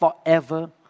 forever